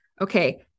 okay